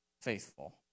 faithful